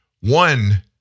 One